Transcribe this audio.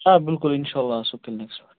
آ بِلکُل اِنشاءاللہ آسو کٕلنِکس پیٹھ